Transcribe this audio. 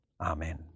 Amen